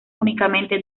únicamente